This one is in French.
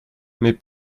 mais